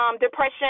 depression